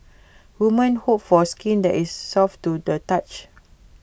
women hope for skin that is soft to the touch